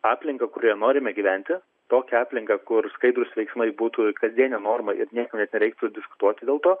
aplinką kurioje norime gyventi tokią aplinką kur skaidrūs veiksmai būtų kasdienė norma ir niekam net nereiktų diskutuoti dėl to